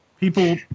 People